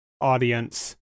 audience